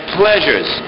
pleasures